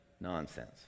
nonsense